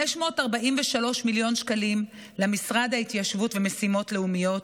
543 מיליון שקלים למשרד ההתיישבות והמשימות הלאומיות,